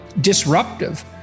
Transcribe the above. disruptive